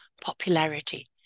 popularity